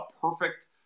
perfect